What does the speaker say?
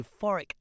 euphoric